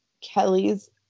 Kelly's